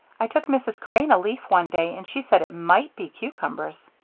i took mrs. crane a leaf, one day, and she said it might be cucumbers.